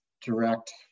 direct